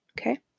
Okay